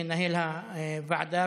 מנהל הוועדה,